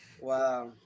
Wow